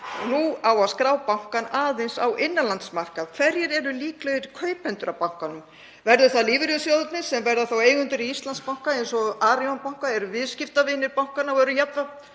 Nú á að skrá bankann aðeins á innanlandsmarkað. Hverjir eru líklegir kaupendur að bankanum? Verða það lífeyrissjóðirnir sem verða þá eigendur að Íslandsbanka eins og Arion banka, eru viðskiptavinir bankanna og eru jafnframt